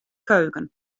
keuken